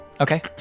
Okay